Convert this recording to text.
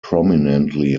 prominently